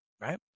right